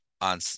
on